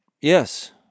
yes